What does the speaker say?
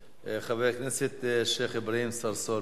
-ידי איזשהו דיין שמתמנה במשרד המשפטים,